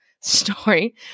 story